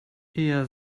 ihr